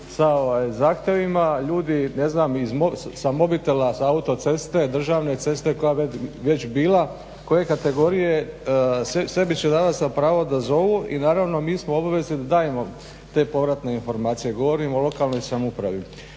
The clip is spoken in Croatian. sa zahtjevima, ljudi sa mobitela s autoceste, državne ceste koja je već bila koje kategorije, sebi će dat za pravo da zovu i naravno mi smo u obvezi da dajemo te povratne informacije. Govorim o lokalnoj samoupravi.